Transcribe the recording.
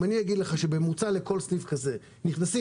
אם אגיד לך שבממוצע לכל סניף כזה נכנסים